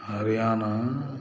Haryana